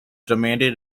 demanded